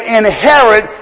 inherit